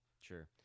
sure